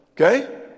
Okay